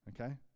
okay